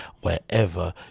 wherever